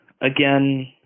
again